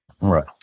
Right